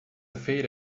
feira